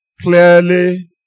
clearly